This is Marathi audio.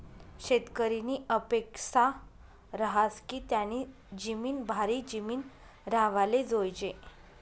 शेतकरीनी अपेक्सा रहास की त्यानी जिमीन भारी जिमीन राव्हाले जोयजे